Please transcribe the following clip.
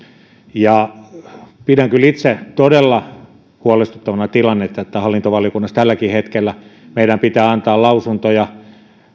pidän kyllä itse todella huolestuttavana tilannetta että hallintovaliokunnassa tälläkin hetkellä meidän pitää antaa lausuntoja